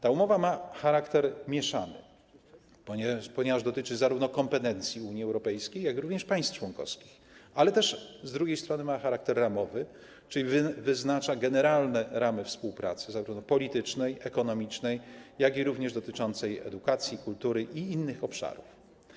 Ta umowa ma charakter mieszany, ponieważ dotyczy zarówno kompetencji Unii Europejskiej, jak i państw członkowskich, ale też z drugiej strony ma charakter ramowy, czyli wyznacza generalne ramy współpracy, zarówno politycznej, ekonomicznej, jak i dotyczącej edukacji, kultury i innych obszarów.